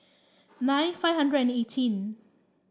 nine five hundred and eighteen